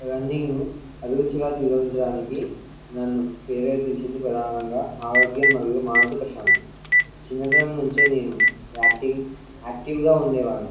రన్నింగ్ను అభిరుచిగా స్వీకరించడానికి నన్ను ప్రేరేపించింది ప్రధానంగా ఆరోగ్యం మరియు మానసిక శాంతి చిన్నతనం నుంచి నేను యాక్టింగ్ యాక్టివ్గా ఉండేవాడిని